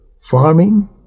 farming